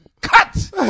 cut